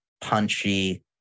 punchy